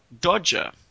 Dodger